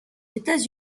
états